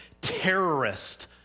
terrorist